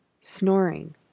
Snoring